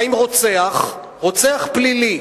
מה עם רוצח, רוצח פלילי,